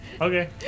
Okay